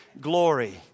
glory